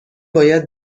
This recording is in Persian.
باید